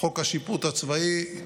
חוק השיפוט הצבאי,